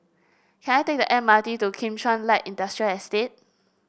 can I take the M R T to Kim Chuan Light Industrial Estate